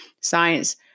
science